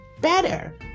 better